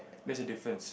there's the difference